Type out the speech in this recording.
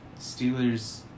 Steelers